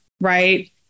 right